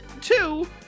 two